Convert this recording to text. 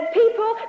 people